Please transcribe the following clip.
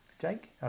Jake